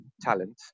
talent